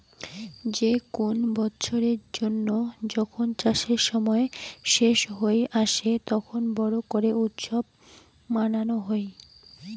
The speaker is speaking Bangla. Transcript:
যে কুন বৎসরের জন্য যখন চাষের সময় শেষ হই আসে, তখন বড় করে উৎসব মানানো হই